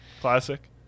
Classic